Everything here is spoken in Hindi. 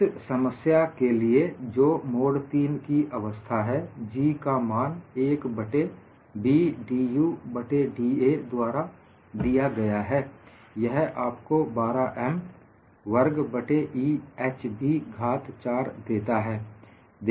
इस समस्या के लिए जो मोड तीन की अवस्था है G का मान 1 बट्टे B dU बट्टे da द्वारा दिया गया है यह आपको 12M वर्ग बट्टे EhB घात 4 देता है